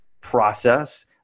process